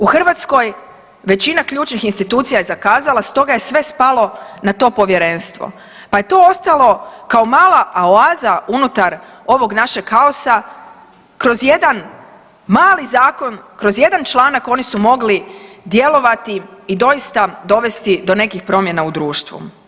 U Hrvatskoj većina ključnih institucija je zakazala stoga je sve spalo na to povjerenstvo pa je to ostalo kao mala oaza unutar ovog našeg kaosa, kroz jedan mali zakon, kroz jedan članak oni su mogli djelovati i doista dovesti do nekih promjena u društvu.